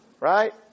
Right